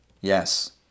yes